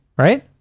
right